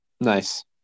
Nice